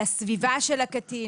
על הסביבה של הקטין,